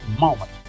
moment